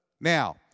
Now